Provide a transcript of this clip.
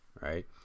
right